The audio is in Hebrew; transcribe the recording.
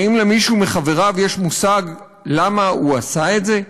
האם למישהו מחבריו יש מושג למה הוא עשה את זה?